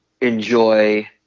enjoy